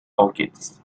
orchids